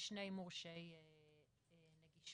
שני מורשי נגישות.